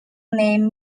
name